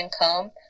income